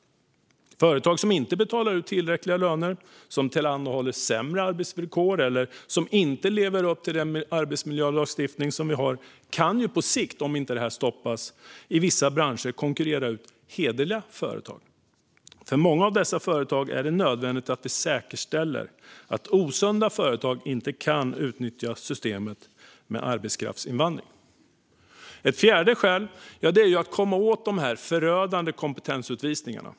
Företag som inte betalar ut tillräckliga löner, som tillhandahåller sämre arbetsvillkor eller som inte lever upp till den arbetsmiljölagstiftning vi har kan på sikt, om inte detta stoppas, i vissa branscher konkurrera ut hederliga företag. För många av dessa företag är det nödvändigt att vi säkerställer att osunda företag inte kan utnyttja systemet med arbetskraftsinvandring. Ett fjärde skäl är att komma åt de förödande kompetensutvisningarna.